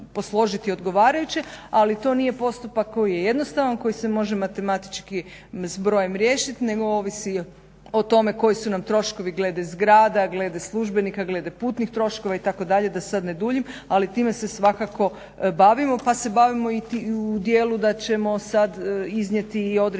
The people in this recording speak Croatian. ali to nije postupak koji je jednostavan, koji se može matematički zbrojem riješit nego ovisi o tome koji su nam troškovi glede zgrada, glede službenika, glede putnih troškova itd., da sad ne duljim ali time se svakako bavimo. Pa se bavimo i u dijelu da ćemo sad iznijeti i određene